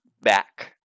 Back